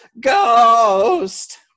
ghost